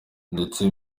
ndetse